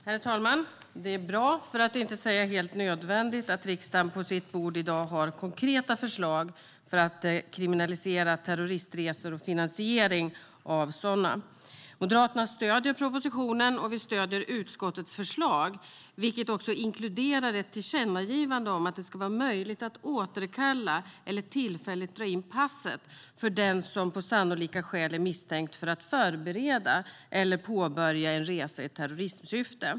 Herr talman! Det är bra, för att inte säga helt nödvändigt, att riksdagen på sitt bord i dag har konkreta förslag för att kriminalisera terrorismresor och finansiering av sådana. Moderaterna stöder propositionen. Vi stöder också utskottets förslag, vilket inkluderar ett tillkännagivande om att det ska vara möjligt att återkalla eller tillfälligt dra in passet för den som på sannolika skäl är misstänkt för att förbereda eller påbörja en resa i terrorismsyfte.